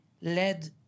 led